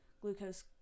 glucose